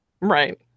right